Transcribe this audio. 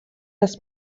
dass